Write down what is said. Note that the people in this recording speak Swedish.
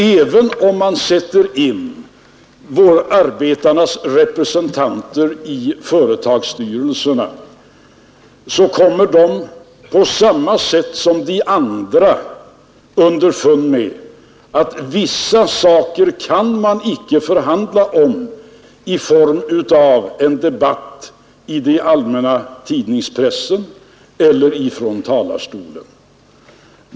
Även om man sätter in arbetarnas representanter i företagsstyrelserna, kommer dock dessa representanter på samma sätt som de andra underfund med att vissa saker kan man inte förhandla om i form av en debatt i den allmänna tidningspressen eller från talarstolen.